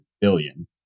billion